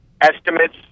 estimates